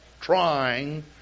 trying